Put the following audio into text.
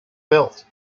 built